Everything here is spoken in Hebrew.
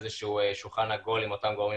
איזה שהוא שולחן עגול עם אותם גורמים